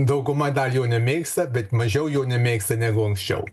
dauguma dar jo nemėgsta bet mažiau jau nemėgsta negu anksčiau